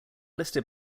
listed